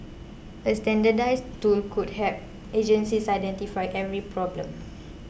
a standardised tool could help agencies identify every problem